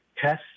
tests